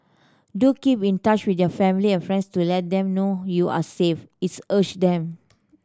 do keep in touch with your family and friends to let them know you are safe its urged them